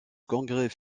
congrès